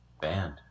band